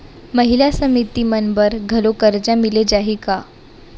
महिला समिति मन बर घलो करजा मिले जाही का?